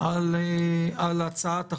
על הצעת החוק,